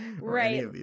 Right